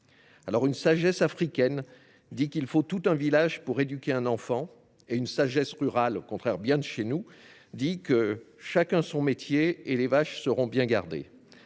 Selon une sagesse africaine, il faut tout un village pour éduquer un enfant, quand une sagesse rurale bien de chez nous dit :« Chacun son métier, et les vaches seront bien gardées